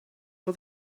for